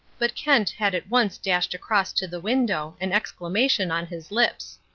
but kent had at once dashed across to the window, an exclamation on his lips.